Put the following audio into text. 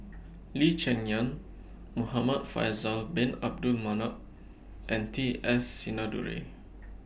Lee Cheng Yan Muhamad Faisal Bin Abdul Manap and T S Sinnathuray